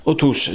Otóż